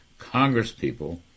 congresspeople